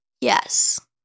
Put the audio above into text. Yes